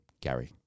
Gary